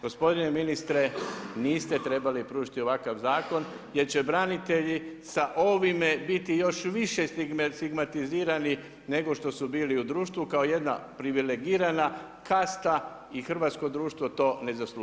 Gospodine ministre niste trebali pružiti ovakav zakon jer će branitelji sa ovime biti više stigmatizirani nego što su bili u društvu kao jedna privilegirana kasta i hrvatsko društvo to ne zaslužuje.